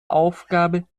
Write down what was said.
aufgabe